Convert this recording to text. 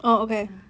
ya